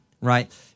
right